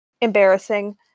embarrassing